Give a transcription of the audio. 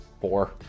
four